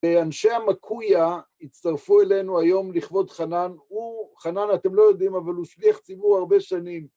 האנשי המקויה הצטרפו אלינו היום לכבוד חנן. הוא, חנן אתם לא יודעים, אבל הוא שליח ציבור הרבה שנים.